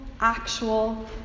actual